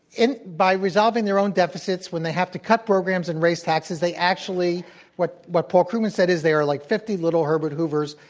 by resolving their own deficits when they have to cut programs and raise taxes, they actually what what paul krugman said is they are like fifty little herbert hoovers.